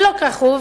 ולא כך הוא,